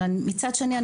אבל מצד שני,